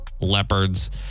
leopards